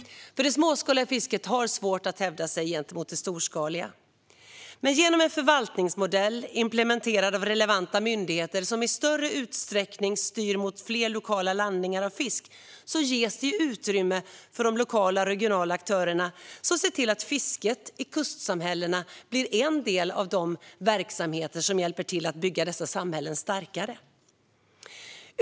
Det småskaliga fisket har svårt att hävda sig gentemot det storskaliga. Genom en förvaltningsmodell, implementerad av relevanta myndigheter, som i större utsträckning styr mot fler lokala landningar av fisk, ges det utrymme för de lokala och regionala aktörerna att se till att fisket i kustsamhällena blir en del av de verksamheter som hjälper till att bygga dessa samhällen starkare.